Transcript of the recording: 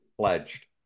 pledged